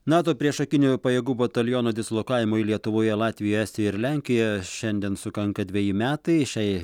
nato priešakinių pajėgų batalionų dislokavimui lietuvoje latvija estija ir lenkija šiandien sukanka dveji metai šiai